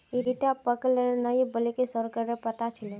ईटा पलकेर नइ बल्कि सॉरेलेर पत्ता छिके